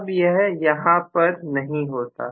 तब यह यहां पर नहीं होता